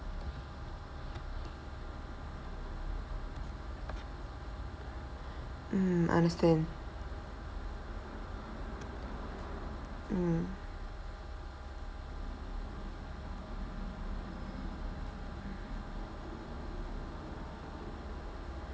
mm understand mm